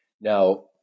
Now